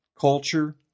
culture